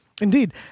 Indeed